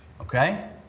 Okay